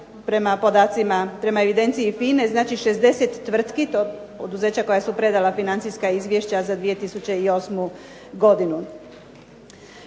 prema evidenciji FINA-e 60 tvrtki poduzeća koja su predala financijska izvješća za 2008. godinu.